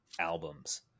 albums